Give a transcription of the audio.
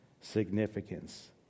Significance